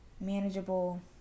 manageable